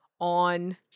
on